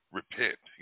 repent